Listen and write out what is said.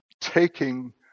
taking